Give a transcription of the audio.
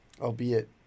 albeit